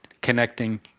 connecting